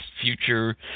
future